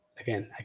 again